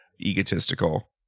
egotistical